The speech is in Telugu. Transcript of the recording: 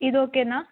ఇది ఓకేనా